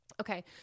Okay